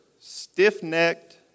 stiff-necked